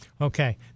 Okay